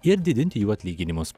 ir didinti jų atlyginimus